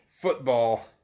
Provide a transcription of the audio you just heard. football